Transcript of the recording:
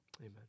amen